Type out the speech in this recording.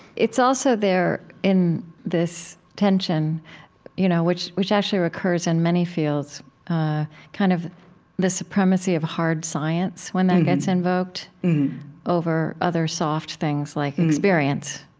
it's also there in this tension you know which which actually recurs in many fields kind of the supremacy of hard science when that gets invoked over other soft things like experience